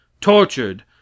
tortured